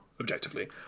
objectively